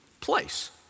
place